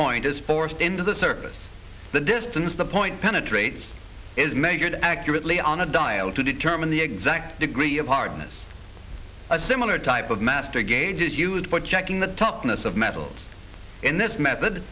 point is forced into the surface the distance the point penetrates is measured accurately on a dial to determine the exact degree of hardness a similar type of master gauge is used for checking the toughness of metals in this method